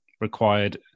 required